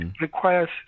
requires